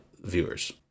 viewers